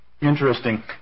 Interesting